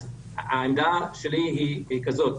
העמדה שלי היא כזאת.